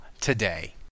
today